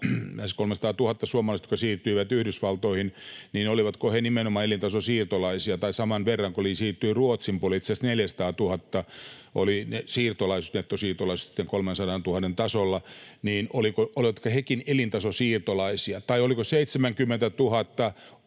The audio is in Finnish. lähes 300 000 suomalaista, jotka siirtyivät Yhdysvaltoihin, nimenomaan elintasosiirtolaisia? Tai kun saman verran siirtyi Ruotsin puolelle — itse asiassa 400 000 oli siirtolaisuus, nettosiirtolaisuus sitten 300 000:n tasolla — niin olivatko hekin elintasosiirtolaisia? Tai olivatko 70 000